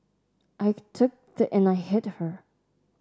I took the and I hit her